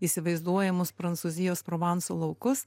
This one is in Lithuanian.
įsivaizduojamus prancūzijos provanso laukus